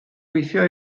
gweithio